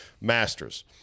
Masters